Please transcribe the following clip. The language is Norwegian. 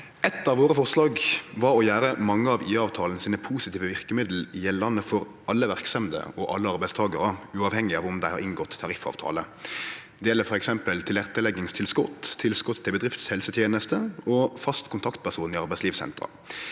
Eit av våre forslag var å gjere mange av IA-avtalen sine positive verkemiddel gjeldande for alle verksemder og alle arbeidstakarar, uavhengig av om dei har inngått tariffavtale. Det gjeld f.eks. tilretteleggingstilskot, tilskot til bedriftshelseteneste og fast kontaktperson i arbeidslivssentera.